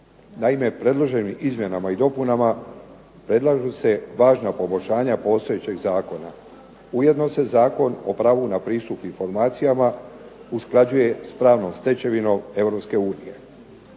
Naime, predloženim izmjenama i dopunama predlažu se važna poboljšanja postojećeg Zakona. Ujedno se Zakon o pravu na pristup informacijama usklađuje s pravnom stečevinom